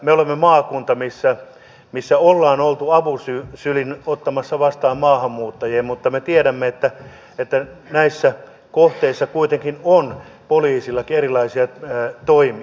me olemme maakunta missä ollaan oltu avosylin ottamassa vastaan maahanmuuttajia mutta me tiedämme että näissä kohteissa kuitenkin on poliisillakin erilaisia toimia